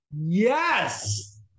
yes